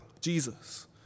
Jesus